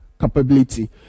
capability